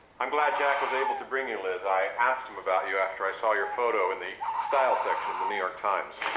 i'm glad jack was able to bring you, liz. i asked him about you after i saw your photo in the style section of the new york times.